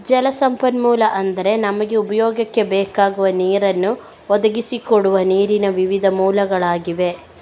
ಜಲ ಸಂಪನ್ಮೂಲ ಅಂದ್ರೆ ನಮಗೆ ಉಪಯೋಗಕ್ಕೆ ಬೇಕಾಗುವ ನೀರನ್ನ ಒದಗಿಸಿ ಕೊಡುವ ನೀರಿನ ವಿವಿಧ ಮೂಲಗಳಾಗಿವೆ